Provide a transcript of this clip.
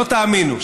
לא תאמינו,